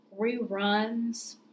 reruns